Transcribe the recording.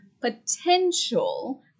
potential